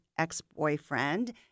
ex-boyfriend